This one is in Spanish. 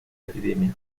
epidemia